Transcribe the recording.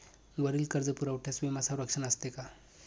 वरील कर्जपुरवठ्यास विमा संरक्षण असते का?